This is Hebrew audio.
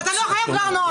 אתה לא חייב לענות.